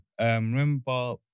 Remember